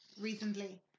recently